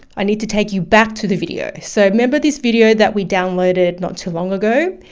i need to take you back to the video. so remember this video that we downloaded not too long ago,